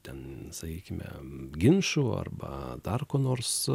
ten sakykime ginčų arba dar ko nors